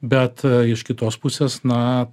bet iš kitos pusės na